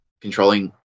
controlling